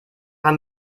kann